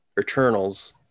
Eternals